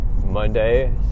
monday